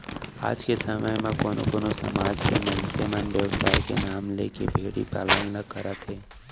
आज के समे म कोनो कोनो समाज के मनसे मन बेवसाय के नांव लेके भेड़ी पालन ल करत हें